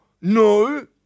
No